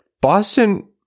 boston